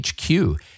HQ